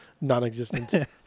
non-existent